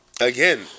again